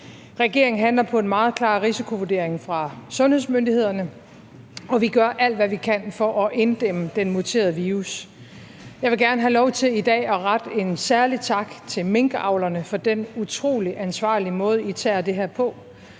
Regeringen handler på en meget klar risikovurdering fra sundhedsmyndighederne, og vi gør alt, hvad vi kan, for at inddæmme den muterede virus. Jeg vil i dag gerne have lov til at rette en særlig tak til minkavlerne for den utrolig ansvarlige måde, som I tager det her på,